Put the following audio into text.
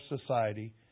Society